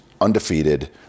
undefeated